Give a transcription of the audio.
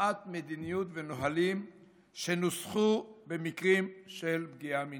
הטמעת מדיניות ונהלים שנוסחו למקרים של פגיעה מינית.